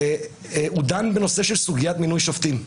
דן בנושא של סוגיית מינוי שופטים,